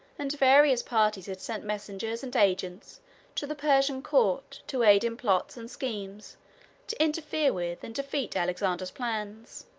and various parties had sent messengers and agents to the persian court to aid in plots and schemes to interfere with and defeat alexander's plans.